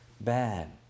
bad